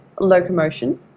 locomotion